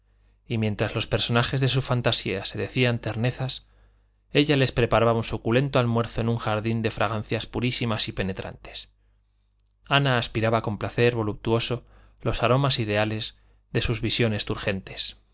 y mientras los personajes de su fantasía se decían ternezas ella les preparaba un suculento almuerzo en un jardín de fragancias purísimas y penetrantes ana aspiraba con placer voluptuoso los aromas ideales de sus visiones turgentes